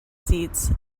seats